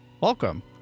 welcome